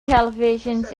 televisions